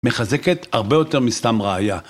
מחזקת הרבה יותר מסתם ראיה.